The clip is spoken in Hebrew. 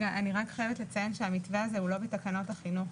אני חייבת לציין שהמתווה הזה הוא לא בתקנות החינוך.